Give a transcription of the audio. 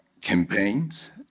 campaigns